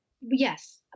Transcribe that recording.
Yes